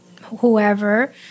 whoever